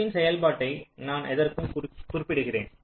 f-ன் செயல்பாட்டை நான் எதற்கும் குறிப்பிடுகிறேன்